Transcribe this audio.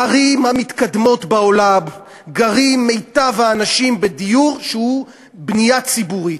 בערים המתקדמות בעולם גרים מיטב האנשים בדיור שהוא בנייה ציבורית.